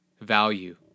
value